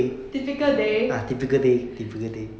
typical day